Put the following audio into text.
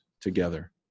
together